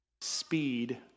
Speed